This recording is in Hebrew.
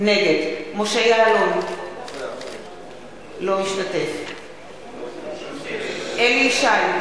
נגד משה יעלון, אינו משתתף בהצבעה אליהו ישי,